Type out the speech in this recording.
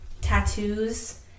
tattoos